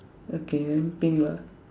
okay then pink lah